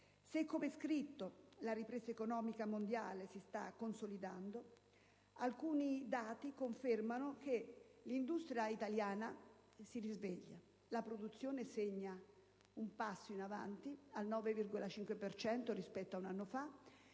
Se, come è scritto, la ripresa economica mondiale si sta consolidando alcuni dati confermano che l'industria italiana si risveglia: la produzione segna un passo in avanti del 9,5 per cento rispetto ad un anno fa